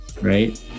right